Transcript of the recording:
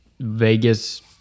Vegas